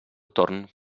torn